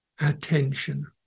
attention